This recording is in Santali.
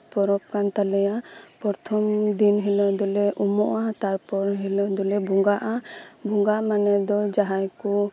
ᱯᱚᱨᱚᱵᱽ ᱠᱟᱱ ᱛᱟᱞᱮᱭᱟ ᱯᱨᱚᱛᱷᱚᱢ ᱫᱤᱱ ᱫᱚᱞᱮ ᱩᱢᱩᱜᱼᱟ ᱛᱟᱨᱯᱚᱨ ᱦᱤᱞᱳᱜ ᱫᱚᱞᱮ ᱵᱚᱸᱜᱟᱜᱼᱟ ᱵᱚᱸᱜᱟ ᱢᱟᱱᱮ ᱫᱚ ᱡᱟᱸᱦᱟᱭ ᱠᱚ